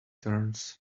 turns